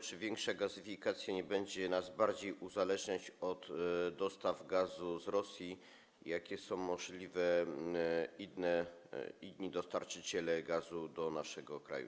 Czy większa gazyfikacja nie będzie nas bardziej uzależniać od dostaw gazu z Rosji i jacy są możliwi inni dostarczyciele gazu do naszego kraju?